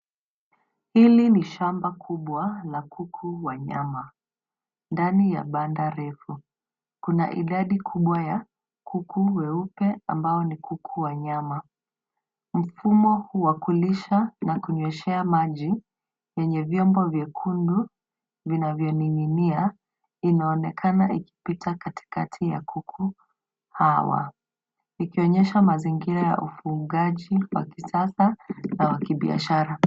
Hili ni shamba kubwa la kuku wa nyama, ndani ya banda refu kuna idadi kubwa ya kuku weupe ambao ni kuku wa nyama. Mfumo huu wa kulisha na kunyweshea maji ina vyombo vyekundu vinvyoning'inia inaonekana ikipita katikati ya kuku hawa, ikionyesha mazingira ya ufugaji wa kisasa na wa kibiashara.